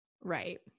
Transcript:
right